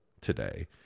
today